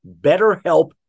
BetterHelp